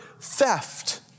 Theft